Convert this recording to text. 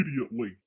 immediately